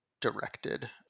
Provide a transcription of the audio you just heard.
directed